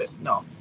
No